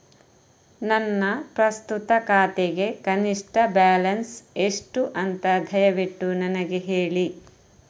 ನನ್ನ ಪ್ರಸ್ತುತ ಖಾತೆಗೆ ಕನಿಷ್ಠ ಬ್ಯಾಲೆನ್ಸ್ ಎಷ್ಟು ಅಂತ ದಯವಿಟ್ಟು ನನಗೆ ಹೇಳಿ